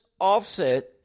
offset